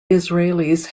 israelis